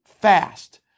fast